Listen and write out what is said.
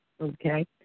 Okay